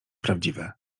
prawdziwe